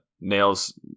Nails